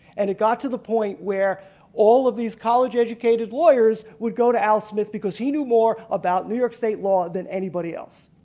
and it got to the point where all of the these college educated lawyers would go to al smith because he knew more about new york state law than anybody else.